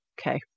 Okay